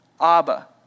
Abba